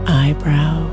eyebrow